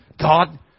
God